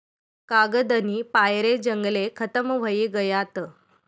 कागदनी पायरे जंगले खतम व्हयी गयात